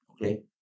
okay